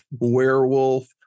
werewolf